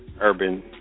Urban